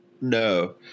No